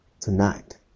tonight